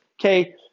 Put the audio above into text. Okay